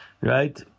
right